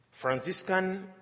Franciscan